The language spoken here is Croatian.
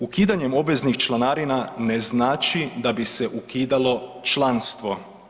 Ukidanjem obveznih članarina ne znači da bi se ukidalo članstvo.